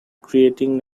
creating